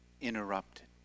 interrupted